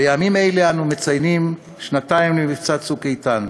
בימים אלו אנו מציינים שנתיים למבצע "צוק איתן".